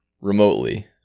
remotely